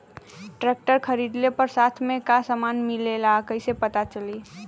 Tractor खरीदले पर साथ में का समान मिलेला कईसे पता चली?